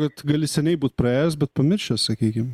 kad gali seniai būt praėjęs bet pamiršęs sakykim